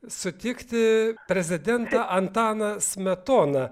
sutikti prezidentą antaną smetoną